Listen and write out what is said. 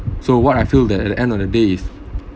so what I feel that at the end of the day is